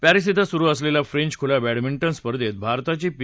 Paris इथं सुरु असलेल्या फ्रेंच खुल्या बॅडमिंटन स्पर्धेत भारताची पी